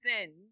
sin